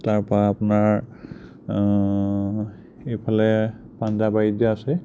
তাৰপৰা আপোনাৰ এইফালে পাঞ্জাবাৰীত যে আছে